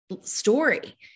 story